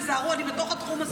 תיזהרו, אני בתוך התחום הזה.